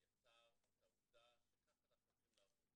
שיצר את העובדה שככה אנחנו הולכים לעבוד.